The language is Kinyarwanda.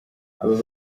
aba